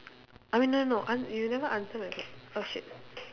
I mean no no an~ you never answer my question oh shit